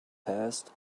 passed